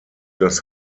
das